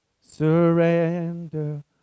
surrender